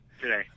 today